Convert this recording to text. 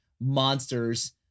monsters